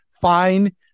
fine